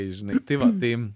tai žinai tai va tai